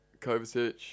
Kovacic